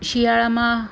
શિયાળામાં